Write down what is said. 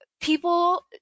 people